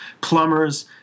plumbers